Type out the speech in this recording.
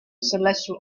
celestial